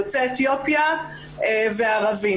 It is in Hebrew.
יוצאי אתיופיה ערבים.